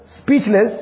speechless